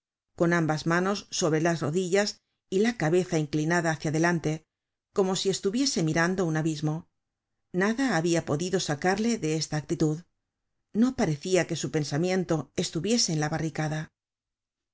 con ambas manos sobre las rodillas y la cabeza inclinada hácia adelante como si estuviese mirando un abismo nada habia podido sacarle de esta actitud no parecia que su pensamiento estuviese en la barricada